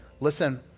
Listen